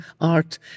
art